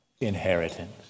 inheritance